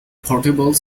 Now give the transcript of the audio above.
portable